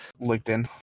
LinkedIn